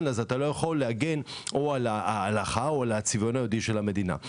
אתה לא יכול להגן על ההלכה או על הצביון היהודי של המדינה.